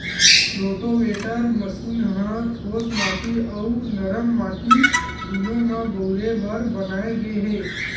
rotavator machine ह ठोस माटी अउ नरम माटी दूनो म बउरे बर बनाए गे हे